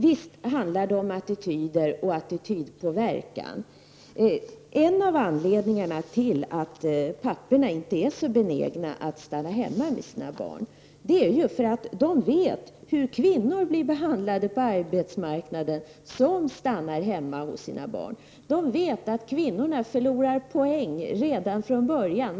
Visst handlar det om attityder och attitydpåverkan. En av anledningarna till att papporna inte är så benägna att stanna hemma med sina barn är att de vet hur de kvinnor som stannar hemma hos sina barn blir behandlade på arbetsmarknaden. De vet att kvinnorna förlorar poäng redan från början.